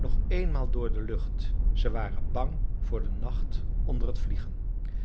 nog eenmaal door de lucht ze waren bang voor den nacht onder het vliegen